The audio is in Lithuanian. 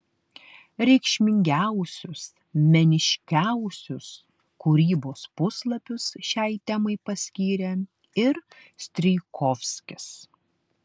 reikšmingiausius meniškiausius kūrybos puslapius šiai temai paskyrė ir strijkovskis